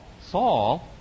Saul